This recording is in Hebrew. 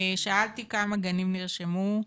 שאלתי כמה גנים נרשמו?